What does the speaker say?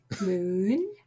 Moon